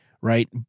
Right